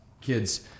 kids